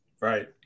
right